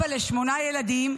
עוד שנייה בן 42, אבא לשמונה ילדים,